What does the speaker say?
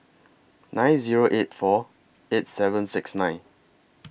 nine Zero eight four eight seven six nine